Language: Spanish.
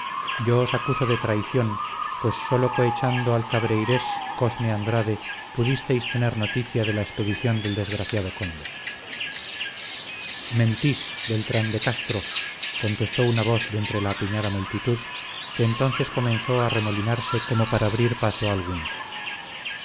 yo os acuso de traición pues sólo cohechando al cabreirés cosme andrade pudisteis tener noticia de la expedición del desgraciado conde mentís beltrán de castro contestó una voz de entre la apiñada multitud que entonces comenzó a arremolinarse como para abrir paso a alguno